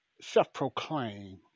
self-proclaim